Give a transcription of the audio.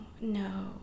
no